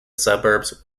suburbs